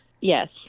Yes